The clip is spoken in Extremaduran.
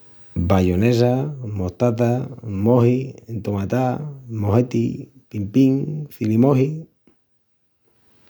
Bayonesa, mostaza, moji, entomatá, mojeti, pin-pin, cilimoji.